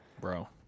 Bro